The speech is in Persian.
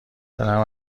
دلم